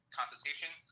consultation